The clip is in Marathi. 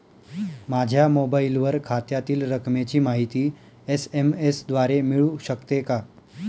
माझ्या मोबाईलवर खात्यातील रकमेची माहिती एस.एम.एस द्वारे मिळू शकते का?